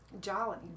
Jolly